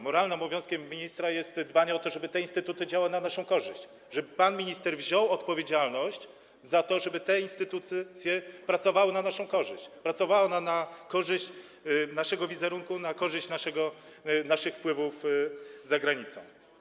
Moralnym obowiązkiem ministra jest dbanie o to, żeby te instytuty działały na naszą korzyść, żeby pan minister wziął odpowiedzialność za to, żeby te instytucje pracowały na naszą korzyść, na korzyść naszego wizerunku, na korzyść naszych wpływów za granicą.